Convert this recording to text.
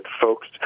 folks